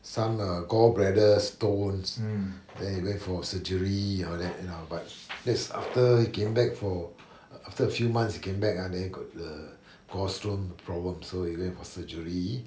some uh gall bladder stones then he went for surgery and all that you know but that's after he came back for after a few months he came back ah then he got the gall stones problem then he went for surgery